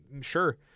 sure